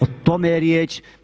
O tome je riječ.